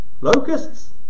locusts